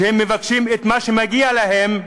שמבקשים את מה שמגיע להם,